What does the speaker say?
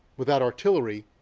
without artillery,